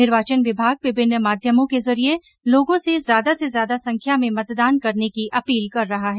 निर्वाचन विभाग विभिन्न माध्यमों के जरिये लोगों से ज्यादा से ज्यादा संख्या में मतदान करने की अपील कर रहा है